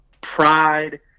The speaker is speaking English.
pride